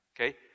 okay